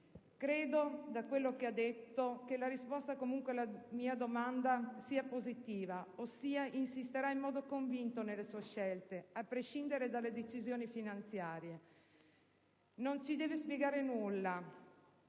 Credo, da quello che ha detto, che la risposta comunque alla mia domanda sia positiva, ossia insisterà in modo convinto nelle sue scelte, a prescindere dalle decisioni finanziarie. Non ci deve spiegare nulla.